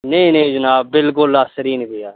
नेईं नेईं जनाब बिल्कुल असर ई नि पेआ